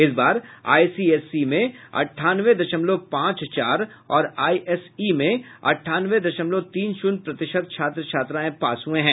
इस बार आईसीएसई में अट्ठानवे दशमलव पांच चार और आईएससी में अट्ठानवे दशमलव तीन शून्य प्रतिशत छात्र छात्राएं पास हुये हैं